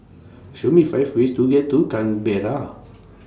Show Me five ways to get to Canberra